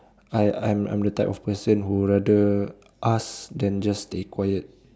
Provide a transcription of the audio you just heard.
I I'm I'm the type of person who would rather ask then just stay quiet